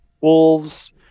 wolves